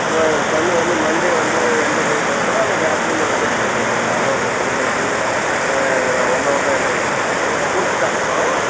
உங்கள் சன் வந்து மண்டே வந்து எண்ட்ரன்ஸ் எழுதிட்டால் கூட நீங்கள் ஆஃப்டர்நூன் ரிசல்ட்டு தெரிஞ்சிக்கலாம் சார் காலைல ஒரு பத்து மணிக்கு வந்து ஒரு ஒன் ஹவர் தான் எண்ட்ரன்ஸ் எக்ஸாமு முடிச்சுட்டா கூட